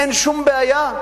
אין שום בעיה?